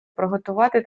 приготувати